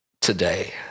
today